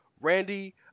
Randy